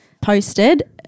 posted